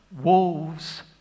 wolves